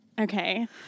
Okay